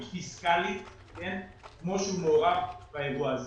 פיסקלית כמו שהוא מעורב באירוע הזה.